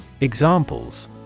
Examples